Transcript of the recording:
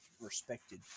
Respected